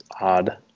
odd